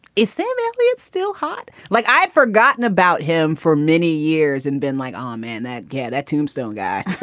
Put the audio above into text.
is sam elliott still hot? like, i'd forgotten about him for many years and been like. um in that get that tombstone guy.